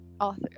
author